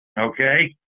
okay